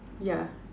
yeah